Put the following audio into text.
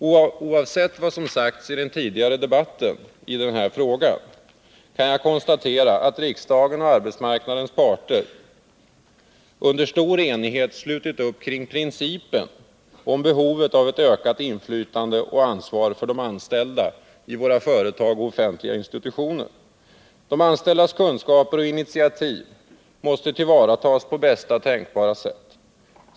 Oavsett vad som sagts i den tidigare debatten i dessa frågor kan jag konstatera att riksdagen och arbetsmarknadens parter under stor enighet slutit upp kring principen om behovet av ett ökat inflytande och ansvar för de anställda i våra företag och offentliga institutioner. De anställdas kunskaper och initiativ måste tillvaratas på bästa tänkbara sätt.